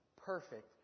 Perfect